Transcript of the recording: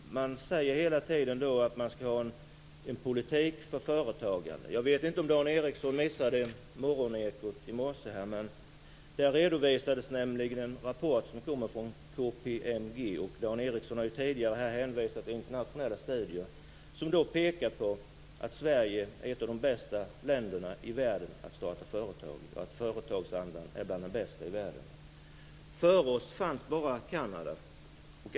De säger hela tiden att man skall ha en politik för företagande. Jag vet inte om Dan Ericsson missade Morgonekot i morse. Där redovisades nämligen en rapport som kommer från KPMG. Dan Ericsson har ju tidigare hänvisat till internationella studier. Den rapporten pekar på att Sverige är ett av de bästa länderna i världen att starta företag i. Företagsandan i Sverige är bland de bästa i världen. Före oss fanns bara Kanada.